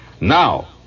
Now